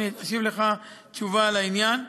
ואני אשיב לך תשובה על העניין.